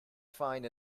find